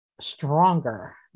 stronger